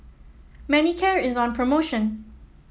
Manicare is on promotion